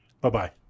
Bye-bye